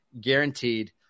guaranteed